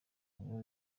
nibo